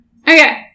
Okay